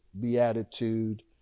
Beatitude